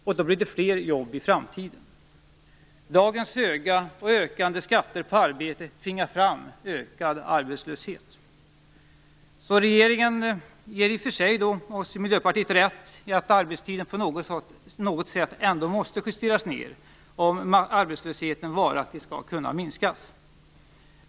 Därmed blir det fler jobb i framtiden. Dagens höga, och ökande, skatter på arbete tvingar fram en ökad arbetslöshet. Således ger ni i regeringen i och för sig oss i Miljöpartiet rätt när vi säger att arbetstiden ändå på något sätt måste justeras ned för att arbetslösheten varaktigt skall kunna minskas.